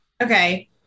Okay